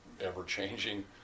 ever-changing